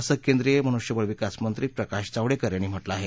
असं केंद्रीय मनुष्यबळविकास मंत्री प्रकाश जावडक्के यांनी म्हटलं आह